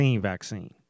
vaccine